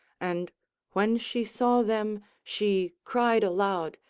and when she saw them she cried aloud,